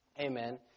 amen